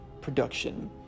production